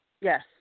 Yes